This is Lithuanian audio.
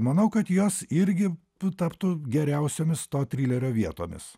manau kad jos irgi taptų geriausiomis to trilerio vietomis